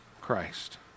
Christ